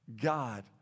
God